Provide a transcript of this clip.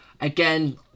Again